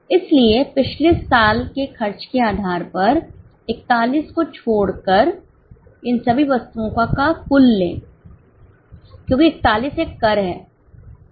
इसलिए पिछले साल के खर्च के आधार पर 41 को छोड़कर इन सभी वस्तुओं का कुल लें क्योंकि 41 एक कर है यह एक खर्च नहीं है